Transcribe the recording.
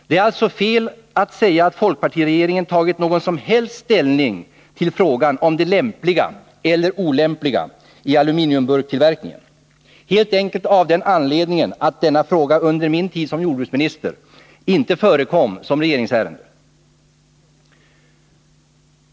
Det är alltså fel att säga att folkpartiregeringen tagit någon som helst ställning till frågan om det lämpliga eller olämpliga i aluminiumburkstillverkningen, helt enkelt av den anledningen att denna fråga under min tid som jordbruksminister inte förekom som regeringsärende.